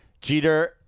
Jeter